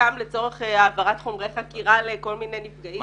חלקם לצורך העברת חומרי חקירה לכל מיני נפגעים.